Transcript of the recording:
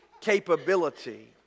capability